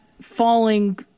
falling